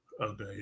Okay